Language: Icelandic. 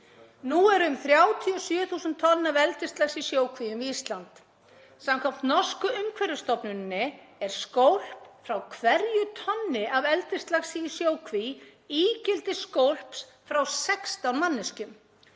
„Nú eru um 37 þúsund tonn af eldislaxi í sjókvíum við Ísland. Samkvæmt norsku umhverfisstofnuninni er skólp frá hverju tonni af eldislaxi í sjókví ígildi skólps frá 16 manneskjum.